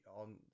on